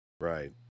right